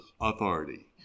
authority